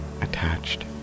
attached